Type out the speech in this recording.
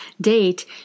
date